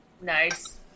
Nice